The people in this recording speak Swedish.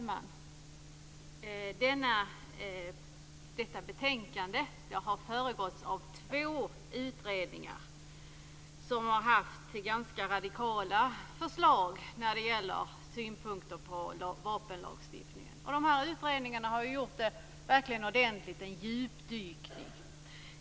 Fru talman! Detta betänkande har föregåtts av två utredningar som har haft ganska radikala förslag och synpunkter när det gäller vapenlagstiftningen. De här utredningarna har verkligen gjort ordentliga djupdykningar.